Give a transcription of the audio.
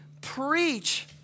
preach